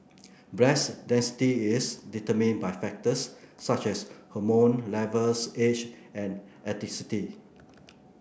breast density is determined by factors such as hormone levels age and ethnicity